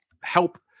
help